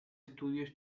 estudios